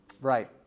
Right